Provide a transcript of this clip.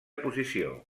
posició